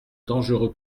dangereux